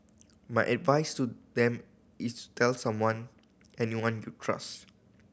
my advice to them is tell someone anyone you trust